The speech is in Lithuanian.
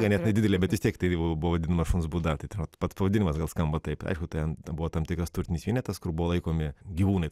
ganėtinai didelė bet vis tiek tai buvo vadinama šuns būda tai va pats pavadinimas gal skamba taip aišku ten buvo tam tikras turtinis vienetas kur buvo laikomi gyvūnai